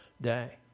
day